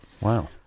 Wow